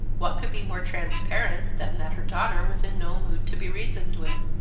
what could be more transparent than that her daughter was in no mood to be reasoned with?